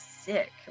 sick